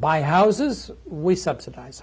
buy houses we subsidized